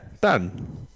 Done